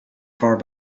far